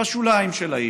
בשוליים של העיר,